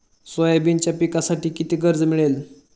सोयाबीनच्या पिकांसाठी किती कर्ज मिळेल?